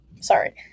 sorry